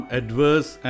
adverse